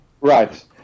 Right